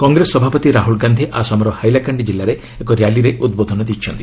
କଂଗ୍ରେସ ସଭାପତି ରାହୁଲ ଗାନ୍ଧି ଆସାମର ହାଇଲାକାଣ୍ଡି ଜିଲ୍ଲାରେ ଏକ ର୍ୟାଲିରେ ଉଦ୍ବୋଧନ ଦେଇଛନ୍ତି